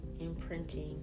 imprinting